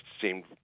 seemed